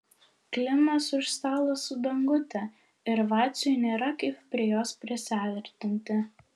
klimas už stalo su dangute ir vaciui nėra kaip prie jos prisiartinti